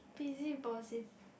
busy Bosy~